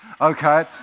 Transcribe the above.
okay